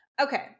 Okay